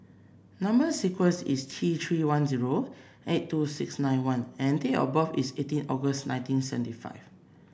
number sequence is T Three one zero eight two six nine one and date of birth is eighteen August nineteen seventy five